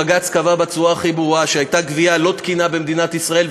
בג"ץ קבע בצורה הכי ברורה שהייתה גבייה לא-תקינה במדינת ישראל.